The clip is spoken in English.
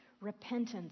repentance